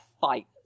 fight